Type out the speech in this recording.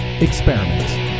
experiment